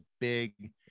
big